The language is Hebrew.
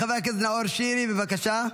חבר הכנסת נאור שירי, בבקשה.